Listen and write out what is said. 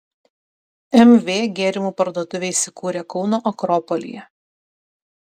mv gėrimų parduotuvė įsikūrė kauno akropolyje